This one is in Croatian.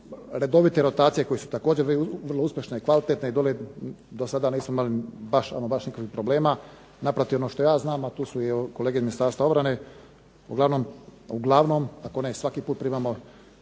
redovite rotacije koje su također vrlo uspješne i kvalitetne i dole do sada nismo imali baš, ama baš nikakvih problema. Naprotiv, a ono što ja znam, a tu su i kolege iz Ministarstva obrane. Uglavnom, ako ne i svaki put primamo